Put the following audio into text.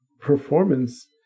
performance